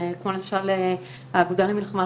קחו את ה-40,000,000 האלה,